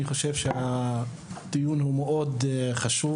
אני חושב שהדיון הוא מאוד חשוב.